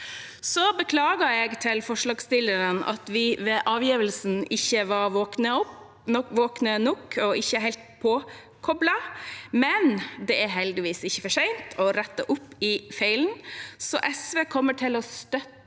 Så beklager jeg til forslagsstillerne at vi ved avgivelse ikke var våkne nok og ikke helt påkoblet, men det er heldigvis ikke for sent å rette opp i feilen: SV kommer til å støtte